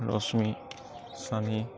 ৰশ্মী চানী